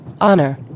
Honor